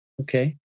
okay